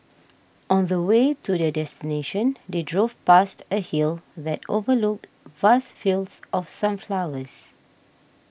on the way to their destination they drove past a hill that overlooked vast fields of sunflowers